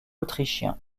autrichien